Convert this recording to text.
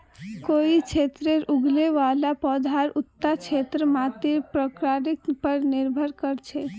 कोई क्षेत्रत उगने वाला पौधार उता क्षेत्रेर मातीर प्रकारेर पर निर्भर कर छेक